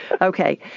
Okay